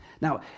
Now